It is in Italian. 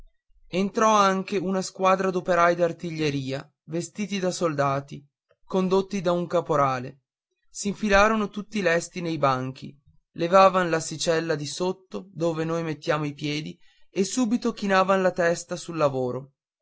entrò anche una squadra d'operai d'artiglieria vestiti da soldati condotti da un caporale s'infilavano tutti lesti nei banchi levavan l'assicella di sotto dove noi mettiamo i piedi e subito chinavan la testa sul lavoro